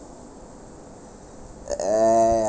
uh ya